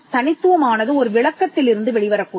தனித்துவமானது ஒரு விளக்கத்திலிருந்து வெளிவரக்கூடும்